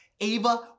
Ava